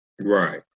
Right